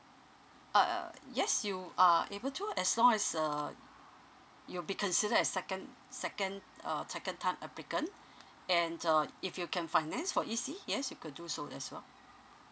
uh yes you are able to as long as uh you'll be considered as second second uh second time applicant and uh if you can finance for E_C yes you could do so as well